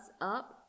up